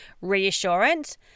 reassurance